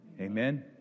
Amen